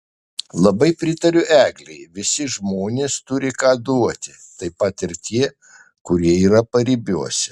labai pritariu eglei visi žmonės turi ką duoti taip pat ir tie kurie yra paribiuose